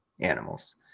animals